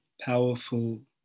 powerful